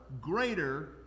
greater